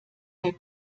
der